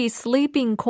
sleeping